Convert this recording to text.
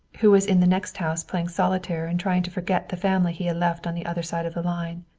who was in the next house playing solitaire and trying to forget the family he had left on the other side of the line.